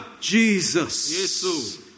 jesus